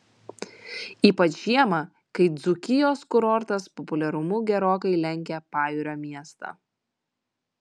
ypač žiemą kai dzūkijos kurortas populiarumu gerokai lenkia pajūrio miestą